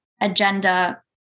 agenda